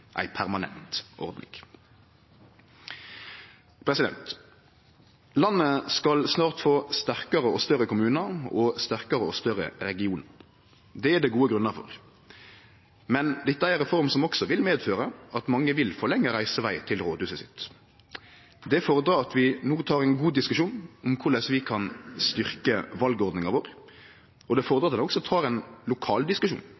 ei permanent ordning. Landet skal snart få sterkare og større kommunar og sterkare og større regionar. Det er det gode grunnar for, men dette er ei reform som også vil medføre at mange vil få lengre reiseveg til rådhuset sitt. Det fordrar at vi no tek ein god diskusjon om korleis vi kan styrkje valordninga vår, og det